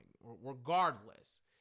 regardless